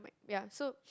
ya so